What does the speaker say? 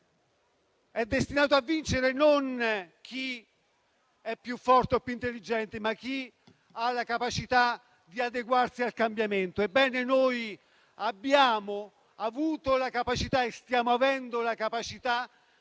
è destinato a vincere non chi è più forte o più intelligente, ma chi ha la capacità di adeguarsi al cambiamento. Ebbene, noi abbiamo avuto e stiamo avendo la capacità